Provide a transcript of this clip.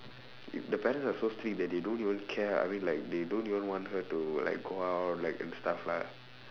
the parents are so strict that they don't even care I mean like they don't even want her to like go out like and stuff lah